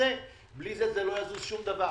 בלי זה לא יזוז שום דבר.